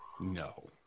No